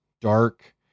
dark